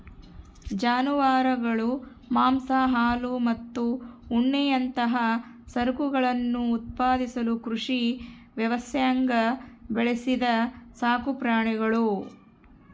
ಜಾನುವಾರುಗಳು ಮಾಂಸ ಹಾಲು ಮತ್ತು ಉಣ್ಣೆಯಂತಹ ಸರಕುಗಳನ್ನು ಉತ್ಪಾದಿಸಲು ಕೃಷಿ ವ್ಯವಸ್ಥ್ಯಾಗ ಬೆಳೆಸಿದ ಸಾಕುಪ್ರಾಣಿಗುಳು